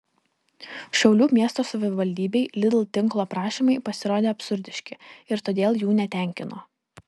šiaulių miesto savivaldybei lidl tinklo prašymai pasirodė absurdiški ir todėl jų netenkino